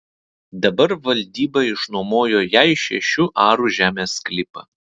dabar valdyba išnuomojo jai šešių arų žemės sklypą